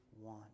one